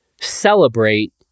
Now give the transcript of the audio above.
celebrate